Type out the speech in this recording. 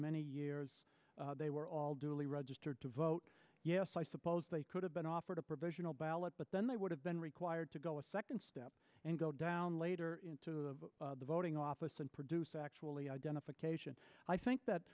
many years they were all duly registered to vote yes i suppose they could have been offered a provisional ballot but then they would have been required to go a second step and go down later to the voting office and produce actually identification i think that